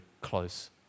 close